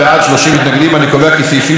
אני קובע כי סעיפים 3 6,